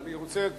אני רוצה,